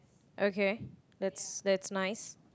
okay that's nice